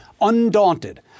Undaunted